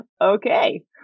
okay